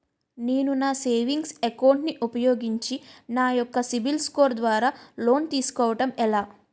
నేను నా savings account ను ఉపయోగించి నా యెక్క సిబిల్ స్కోర్ ద్వారా లోన్తీ సుకోవడం ఎలా?